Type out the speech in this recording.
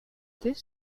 this